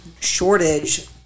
shortage